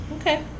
Okay